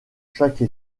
chaque